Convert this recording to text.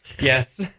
Yes